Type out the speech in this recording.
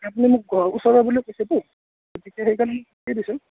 আপুনি মোক ওচৰৰ বুলি কৈছেতো গতিকে সেইকাৰণে দিছোঁ